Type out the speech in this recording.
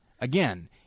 again